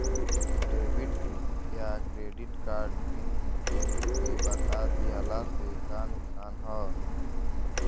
Debit या credit card PIN केहूके बता दिहला से का नुकसान ह?